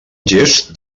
gest